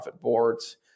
boards